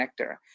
connector